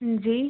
जी